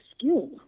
skill